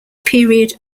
period